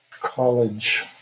college